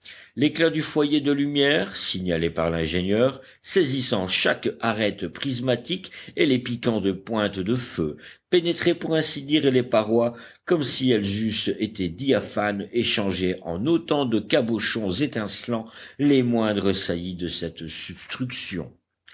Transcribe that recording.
l'éclat du foyer de lumière signalé par l'ingénieur saisissant chaque arête prismatique et les piquant de pointes de feux pénétrait pour ainsi dire les parois comme si elles eussent été diaphanes et changeait en autant de cabochons étincelants les moindres saillies de cette substruction